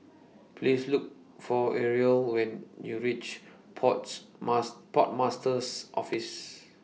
Please Look For Areli when YOU REACH ports Port Master's Office